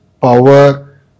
power